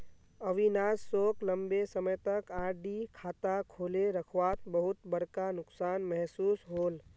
अविनाश सोक लंबे समय तक आर.डी खाता खोले रखवात बहुत बड़का नुकसान महसूस होल